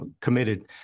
committed